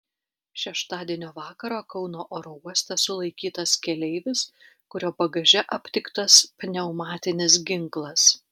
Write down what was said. šeštadienio vakarą kauno oro uoste sulaikytas keleivis kurio bagaže aptiktas pneumatinis ginklas